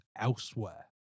elsewhere